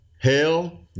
hell